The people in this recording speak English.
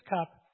cup